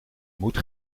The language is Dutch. moet